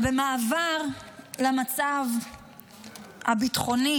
ובמעבר למצב הביטחוני